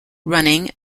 running